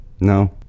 No